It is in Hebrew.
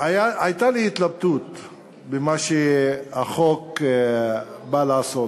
הייתה לי התלבטות עם מה שהחוק בא לעשות.